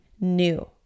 new